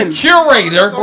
curator